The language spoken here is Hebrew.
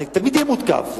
אני תמיד אהיה מותקף.